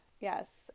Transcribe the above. Yes